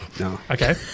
okay